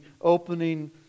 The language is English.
opening